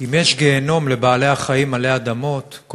אם יש גיהינום עלי אדמות לבעלי-החיים,